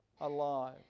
alive